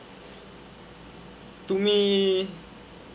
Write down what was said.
to me